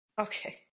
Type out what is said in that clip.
Okay